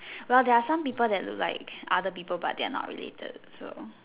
well they're some people that look like other people but they're not related so